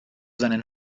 seinen